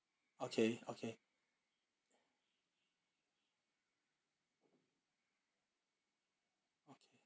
okay okay okay